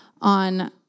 on